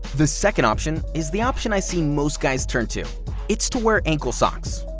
the second option is the option i see most guys turn to it's to wear ankle socks.